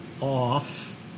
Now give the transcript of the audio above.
off